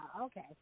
Okay